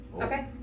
Okay